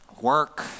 work